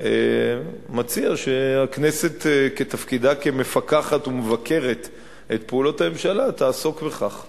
מציע שהכנסת בתפקידה כמפקחת ומבקרת את פעולות הממשלה תעסוק בכך.